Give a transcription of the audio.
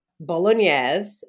bolognese